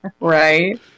Right